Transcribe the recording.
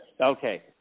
Okay